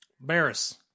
Barris